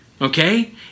okay